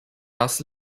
das